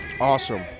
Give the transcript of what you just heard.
awesome